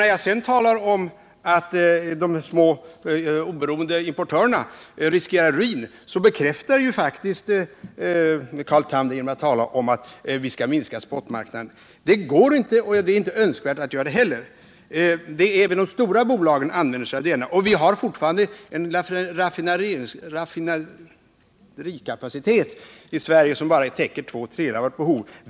När jag sedan talar om att de små oberoende importörerna riskerar ruin bekräftar faktiskt Carl Tham det genom att säga att vi skall minska spotmarknaden. Det går inte, och det är inte heller önskvärt. De stora bolagen kan inte klara hela behovet. Vi har fortfarande en raffinaderikapacitet i Sverige som bara täcker två tredjedelar av vårt behov.